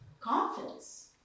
confidence